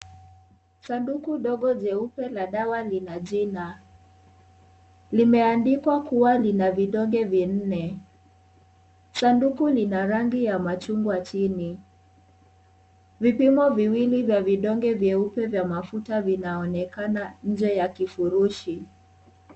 Sanduku dogo jeupe la dawa lina jina. Limeandikwa kuwa lina vidonge vinne. Sanduku lina rangi ya machungwa chini. Vipimo viwili vya vidonge vyeupe vya mafuta vinaonekana nje ya kifurushi.